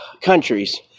countries